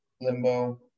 limbo